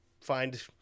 find